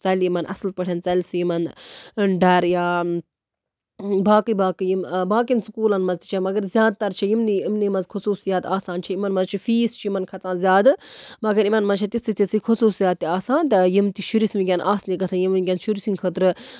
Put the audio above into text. سُہ ژَلہِ یِمن اَصٕل پٲٹھۍ ژَلہِ یِمن ڈر یا باقٕے باقٕے یِم باقین سکوٗلَن منٛز تہِ چھِ مَگر زیادٕ تَر چھِ یِمنٕے یِمنٕے منٛز خصوٗصیات آسان چھِ یِمن منٛز چھُ فیٖس چھُ کھژان یِمن زیادٕ مَگر یِمن منٛز چھِ تِژھٕے تِژھٕے خصوٗصیات تہِ آسان یِم تہِ شُرِس ونکیٚن آسنہِ گژھن یِم ونکیٚن شُرۍ سٕنٛدۍ خٲطرٕ